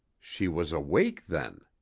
she was awake, then.